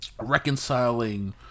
reconciling